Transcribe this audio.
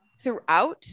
throughout